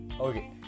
Okay